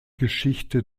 geschichte